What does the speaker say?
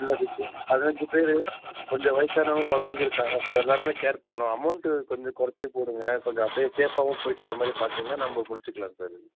பதினஞ்சு பேர் கொஞ்சம் வயசானவங்க குழந்தைங்க இருக்காங்க சார் எல்லாருமே கேர் பண்ணும் அமௌன்ட்டு கொஞ்சம் குறச்சி போடுங்க கொஞ்சம் அப்டே சேஃபாகவும் போயிவிட்டு வர மாதிரி பார்த்தீங்கன்னா நம்ப முடிச்சிக்கலாம் சார்